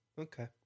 okay